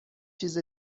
چیز